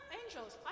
angels